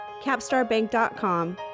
CapstarBank.com